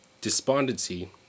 despondency